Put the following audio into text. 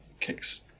kicks